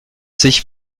sich